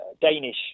Danish